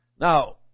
Now